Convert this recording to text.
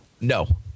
No